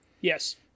yes